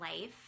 life